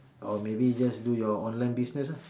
or maybe just do your online business lah